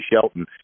Shelton